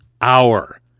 hour